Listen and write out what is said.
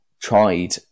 tried